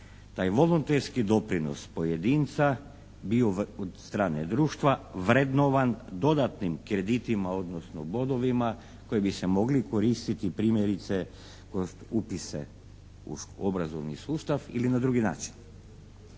taj volonterski doprinos pojedinca bio od strane društva vrednovan dodatnim kreditima, odnosno bodovima koji bi se mogli koristiti primjerice kroz upise u obrazovni sustav ili na drugi način.